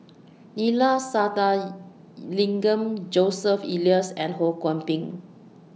Neila Sathyalingam Joseph Elias and Ho Kwon Ping